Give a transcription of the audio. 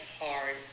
hard